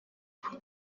ubu